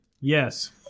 Yes